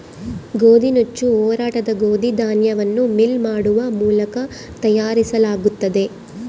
ಗೋದಿನುಚ್ಚು ಒರಟಾದ ಗೋದಿ ಧಾನ್ಯವನ್ನು ಮಿಲ್ ಮಾಡುವ ಮೂಲಕ ತಯಾರಿಸಲಾಗುತ್ತದೆ